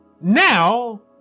now